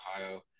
Ohio